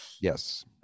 Yes